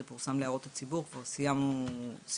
זה כבר פורסם להערות הציבור וכבר סיימנו דיונים